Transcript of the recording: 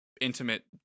intimate